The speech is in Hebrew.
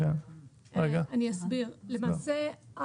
למעשה,